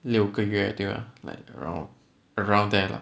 六个月对吗 like around around there lah